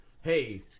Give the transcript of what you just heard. hey